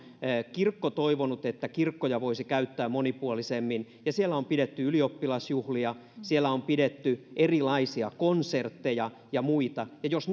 kirkko toivonut että kirkkoja voisi käyttää monipuolisemmin ja siellä on pidetty ylioppilasjuhlia siellä on pidetty erilaisia konsertteja ja muita jos